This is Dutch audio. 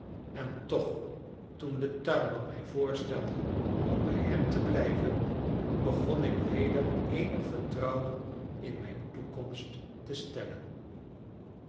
en toch toen de tuinman mij voorstelde om bij hem te blijven begon ik weder eenig vertrouwen in mijn toekomst te stellen